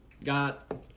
got